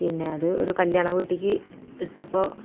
പിന്നെ അത് ഒരു കല്യാണ വീട്ടിലേക്ക് ഇട്ടപ്പോള്